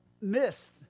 missed